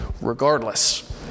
regardless